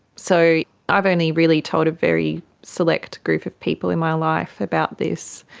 so i've only really told a very select group of people in my life about this,